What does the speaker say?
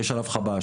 יש עליו חב"ש,